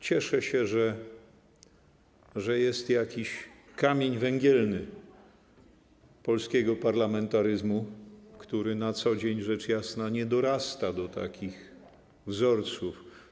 Cieszę się, że jest jakiś kamień węgielny polskiego parlamentaryzmu, który na co dzień, rzecz jasna, nie dorasta do takich wzorców.